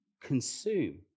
consume